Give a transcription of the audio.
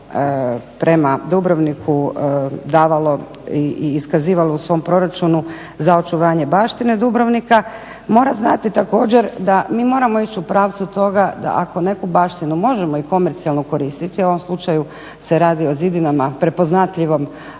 prema Dubrovniku davalo i iskazivalo u svom proračunu za očuvanje baštine Dubrovnika. Mora znati također da mi moramo ići u pravcu toga da ako neku baštinu možemo i komercijalno koristiti, u ovom slučaju se radi o zidinama, prepoznatljivom